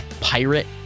pirate